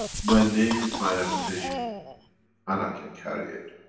my name is my reputation and i can carry it.